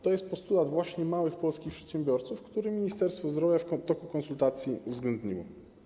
To jest postulat właśnie małych polskich przedsiębiorców, który Ministerstwo Zdrowia w toku konsultacji uwzględniło.